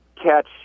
catch